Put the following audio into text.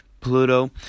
Pluto